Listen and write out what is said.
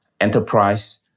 enterprise